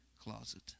closet